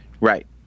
Right